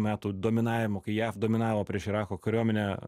metų dominavimo kai jav dominavo prieš irako kariuomenę